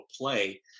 play